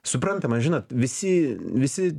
suprantama žinot visi visi